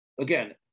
Again